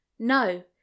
No